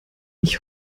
ich